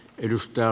kiitos